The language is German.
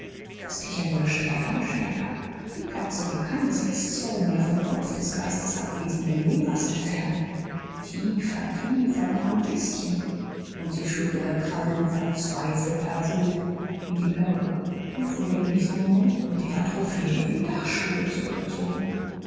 das kichern wurde stärker und stärker die katze war keine sechs zoll mehr vom kopf des geistesabwesenden lehrers entfernt tiefer tiefer noch ein bißchen und sie schlug ihre krallen in verzweifelter wut in die perücke und wurde im nächsten moment mit ihrer trophäe in die dachstube zurückgezogen